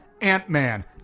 ant-man